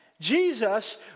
Jesus